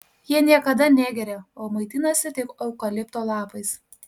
jie niekada negeria o maitinasi tik eukalipto lapais